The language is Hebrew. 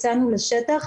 יצאנו לשטח,